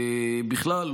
בכלל,